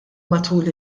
matul